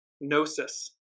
gnosis